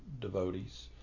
devotees